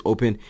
Open